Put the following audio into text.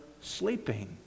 sleeping